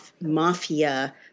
mafia